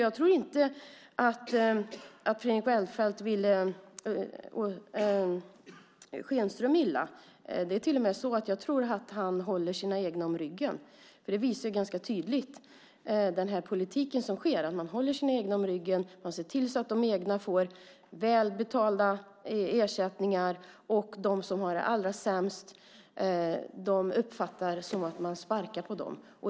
Jag tror inte att Fredrik Reinfeldt ville Schenström illa. Jag tror tvärtom att han håller sina egna om ryggen. Det visar politiken tydligt. Man ser till att de egna får välbetalda ersättningar, och de som har det allra sämst uppfattar det som att man sparkar på dem.